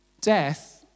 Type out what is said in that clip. death